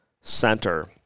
center